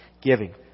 giving